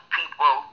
people